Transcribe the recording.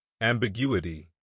Ambiguity